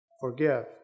forgive